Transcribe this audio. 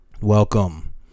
welcome